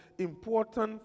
important